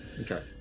okay